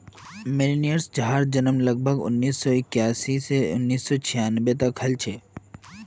millennials जहार जन्म लगभग उन्नीस सौ इक्यासी स उन्नीस सौ छानबे तक हल छे